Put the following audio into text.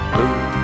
Blue